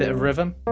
ah rhythm,